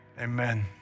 Amen